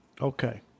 Okay